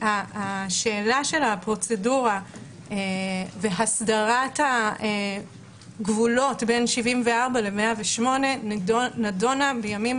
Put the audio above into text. השאלה של הפרוצדורה והסדרת הגבולות בין 74 ל-108 נידונה בימים